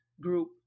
group